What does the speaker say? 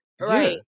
Right